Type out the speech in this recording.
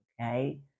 Okay